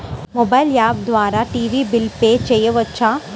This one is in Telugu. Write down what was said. మొబైల్ యాప్ ద్వారా టీవీ బిల్ పే చేయవచ్చా?